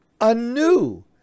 anew